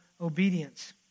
obedience